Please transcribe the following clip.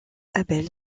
abel